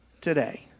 today